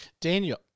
Daniel